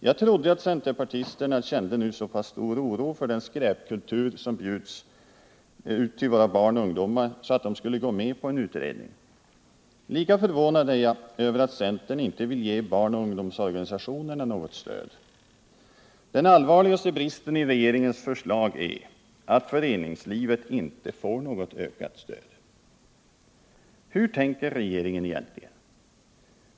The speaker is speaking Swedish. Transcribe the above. Jag trodde att centerpartisterna kände så pass stor oro för den skräpkultur som bjuds ut till våra barn och ungdomar att de skulle gå med på en utredning. Lika förvånad är jag över att centern inte vill ge barnoch ungdomsorganisationerna något ökat stöd. Den allvarligaste bristen i regeringens förslag är ju att föreningslivet inte får något ökat stöd. Hur tänker regeringen egentligen?